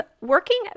working